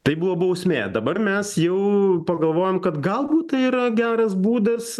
tai buvo bausmė dabar mes jau pagalvojam kad galbūt yra geras būdas